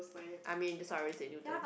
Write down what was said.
I mean that's why I always take Newton